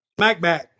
SmackBack